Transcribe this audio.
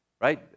Right